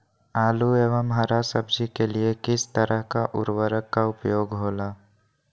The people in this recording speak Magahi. आलू एवं हरा सब्जी के लिए किस तरह का उर्वरक का उपयोग होला?